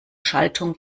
schaltung